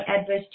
adverse